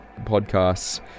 podcasts